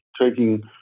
taking